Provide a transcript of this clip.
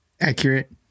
accurate